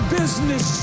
business